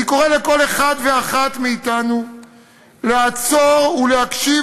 אני קורא לכל אחד ואחת מאתנו לעצור ולהקשיב